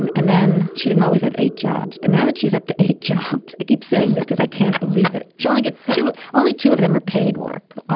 and and then she didn't always have eight jobs. but now that she's up to eight jobs, i keep saying this because i can't believe it. she only get to only two of them are paid work